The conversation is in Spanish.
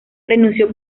renunció